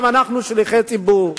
גם אנחנו שליחי ציבור.